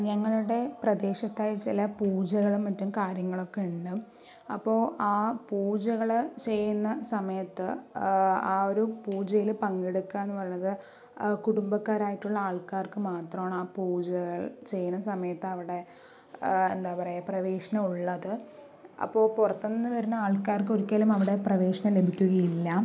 ഞങ്ങളുടെ പ്രദേശത്തായി ചില പൂജകളും മറ്റും കാര്യങ്ങളൊക്കെ ഉണ്ട് അപ്പോൾ ആ പൂജകള് ചെയ്യുന്ന സമയത്ത് ആ ഒരു പൂജയിൽ പങ്കെടുക്കുക എന്നു പറയണത് കുടുംബക്കാരായിട്ടുള്ള ആൾക്കാർക്ക് മാത്രമാണ് ആ പൂജകൾ ചെയ്യണ സമയത്ത് അവിടെ എന്താ പറയുക പ്രവേശനം ഉള്ളത് അപ്പോൾ പുറത്തുനിന്ന് വരണ ആൾക്കാർക്ക് ഒരിക്കലും അവിടെ പ്രവേശനം ലഭിക്കുകയില്ല